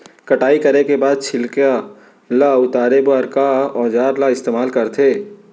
कटाई करे के बाद छिलका ल उतारे बर का औजार ल इस्तेमाल करथे?